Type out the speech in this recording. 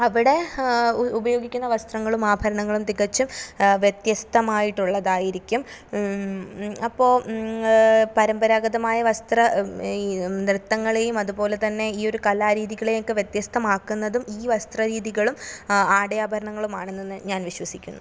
അവിടെ ഉ ഉപയോഗിക്കുന്ന വസ്ത്രങ്ങളും ആഭരണങ്ങളും തികച്ചും വ്യത്യസ്തമായിട്ടുള്ളതായിരിക്കും അപ്പോൾ പരമ്പരാഗതമായ വസ്ത്ര നൃത്തങ്ങളെയും അതുപോലെ തന്നെ ഈ ഒരു കലാരീതികളെയൊക്കെ വ്യത്യസ്തമാക്കുന്നതും ഈ വസ്ത്ര രീതികളും ആട ആഭരണങ്ങളും ആണെന്ന് ഞാൻ വിശ്വസിക്കുന്നു